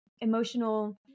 emotional